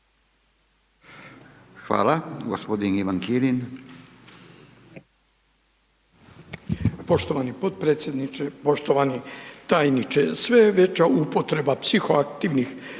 Hvala, g. Ivan Kirin.